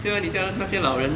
对吗你叫那些老人